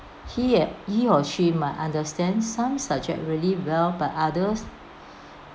he uh he or she might understand some subject really well but others